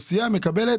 מהאוכלוסייה מקבלים...